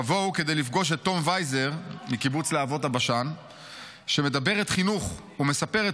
תבואו כדי לפגוש את טום וייזר מקיבוץ להבות הבשן שמדברת חינוך ומספרת